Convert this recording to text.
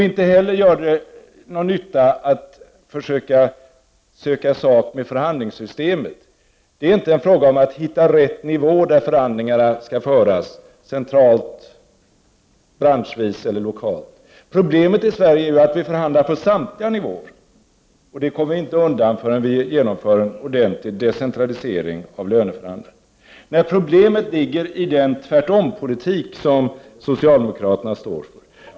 Inte heller gör det någon nytta att försöka söka sak med förhandlingssystemet. Det är inte fråga om att hitta rätt nivå där förhandlingarna skall föras — centralt, branschvis eller lokalt. Problemet i Sverige är ju att vi förhandlar på samtliga nivåer, och det kommer vi inte undan förrän vi genomför en ordentlig decentralisering av löneförhandlingarna. Problemet ligger i den tvärtompolitik som socialdemokraterna står för.